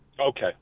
Okay